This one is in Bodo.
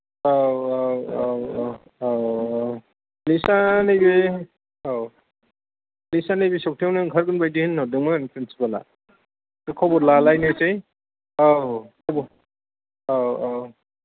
औ लिस्ट आ नैबे औ लिस्टआ नैबे सप्तायावनो ओंखारगोन बायदि होनहरदोंमोन प्रिनसिपाला खबर लालायनोसै औ खब औ औ